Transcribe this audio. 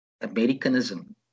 Americanism